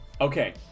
Okay